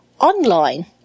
online